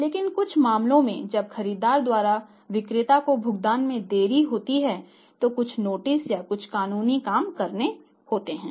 लेकिन कुछ मामलों में जब खरीदार द्वारा विक्रेता को भुगतान में देरी होती है तो कुछ नोटिस या कुछ कानूनी काम करने होते हैं